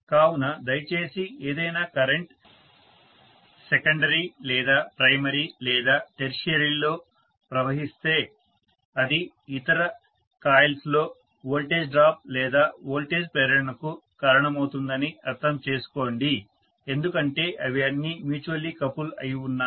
కావున దయచేసి ఏదైనా కరెంట్ సెకండరీ లేదా ప్రైమరీ లేదా టెర్షియరీలో ప్రవహిస్తే అది ఇతర కాయిల్స్లో వోల్టేజ్ డ్రాప్ లేదా వోల్టేజ్ ప్రేరణకు కారణమవుతుందని అర్థం చేసుకోండి ఎందుకంటే అవి అన్నీ మ్యూచువల్లీ కపుల్ అయి ఉన్నాయి